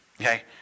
okay